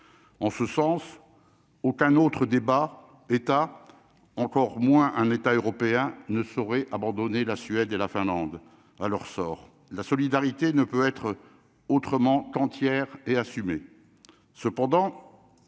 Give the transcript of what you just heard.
en ce sens, aucun autre débat état, encore moins un État européen ne saurait abandonner la Suède et la Finlande à leur sort, la solidarité ne peut être autrement quand hier et assumer